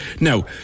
Now